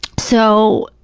so,